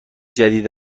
جدید